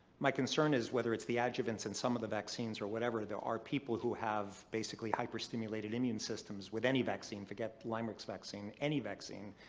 my concern is whether it's the adjuvants in some of the vaccines or whatever. there are people who have basically hyper-stimulated immune systems with any vaccine, forget lymerix vaccine, any vaccine,